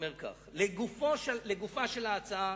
ואומר כך: לגופה של ההצעה,